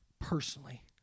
personally